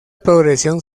progresión